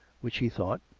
which, he thought,